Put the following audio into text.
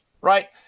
right